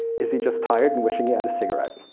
is he just tired and wishing he had a cigarette?